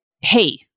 Hey